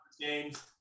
games